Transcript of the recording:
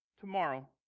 tomorrow